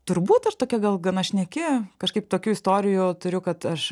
turbūt aš tokia gal gana šneki kažkaip tokių istorijų turiu kad aš